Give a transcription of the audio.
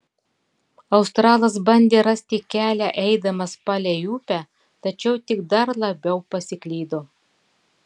australas bandė rasti kelią eidamas palei upę tačiau tik dar labiau pasiklydo